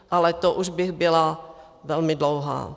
Ale to už bych byla velmi dlouhá.